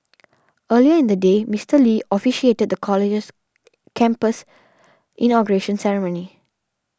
earlier in the day Mister Lee officiated the college's campus inauguration ceremony